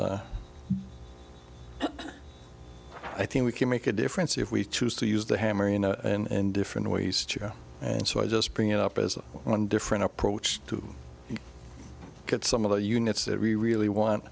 i think we can make a difference if we choose to use the hammer and different ways to go and so i just bring it up as one different approach to get some of the units that we really want